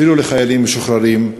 אפילו לחיילים משוחררים.